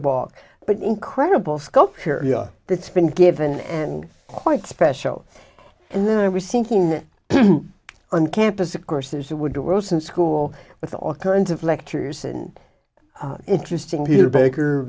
walk but incredible scope area that's been given and quite special and then i was thinking that on campus of course there's the woodrow wilson school with all kinds of lectures and interesting here baker